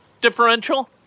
differential